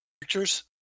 pictures